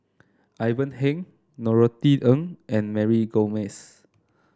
Ivan Heng Norothy Ng and Mary Gomes